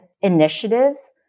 initiatives